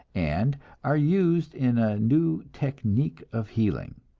and are used in a new technic of healing.